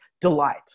delight